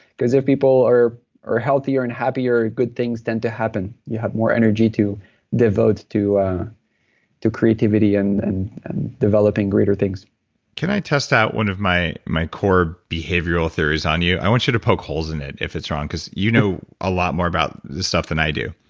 cause if people are are healthier and happier, good things tend to happen you have more energy to devote to to creativity and and developing greater things can i test out one of my my core behavioral theories on you? i want you to poke holes in it if it's wrong, cause you know a lot more about this stuff than i do.